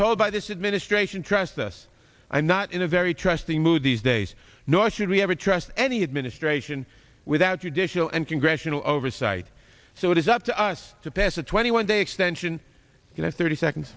told by this administration trust us i'm not in a very trusting mood these days nor should we ever trust any administration without your dishes and congressional oversight so it is up to us to pass a twenty one day extension you know thirty seconds